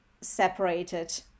separated